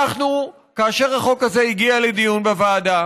כאשר החוק הזה הגיע לדיון בוועדה,